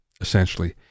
essentially